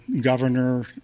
governor